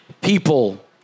People